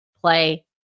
play